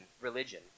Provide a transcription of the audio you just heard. religion